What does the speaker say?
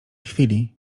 chwili